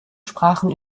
sprachen